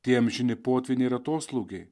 tie amžini potvyniai ir atoslūgiai